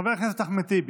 חבר הכנסת אחמד טיבי,